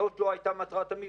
זה לא קיים.